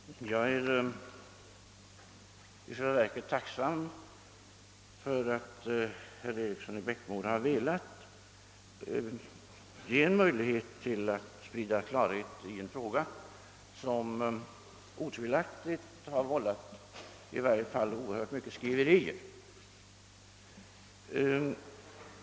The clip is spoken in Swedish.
Herr talman! Jag är i själva verket tacksam för att herr Eriksson i Bäckmora velat ge mig en möjlighet att sprida klarhet i en fråga, som otvivelaktigt vållat i varje fall mycket skriverier.